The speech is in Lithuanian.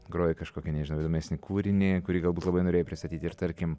groja kažkokį nežinau įdomesnį kūrinį kurį galbūt labai norėjo pristatyti ir tarkim